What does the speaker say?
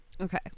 okay